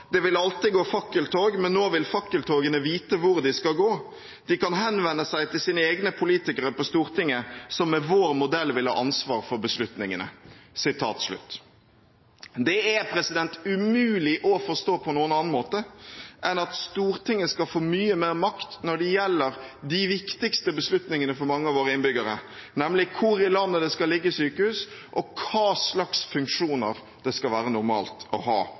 «Det vil alltid gå fakkeltog, men nå vil fakkeltogene vite hvor de skal gå. De kan henvende seg til sine egne politikere på Stortinget, som med vår modell vil ha ansvar for beslutningene.» Dette er umulig å forstå på noen annen måte enn at Stortinget skal få mye mer makt når det gjelder de viktigste beslutningene for mange av våre innbyggere, nemlig hvor i landet det skal ligge sykehus, og hva slags funksjoner det skal være normalt å ha